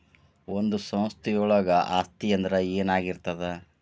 ಒಂದು ಸಂಸ್ಥೆಯೊಳಗ ಆಸ್ತಿ ಅಂದ್ರ ಏನಾಗಿರ್ತದ?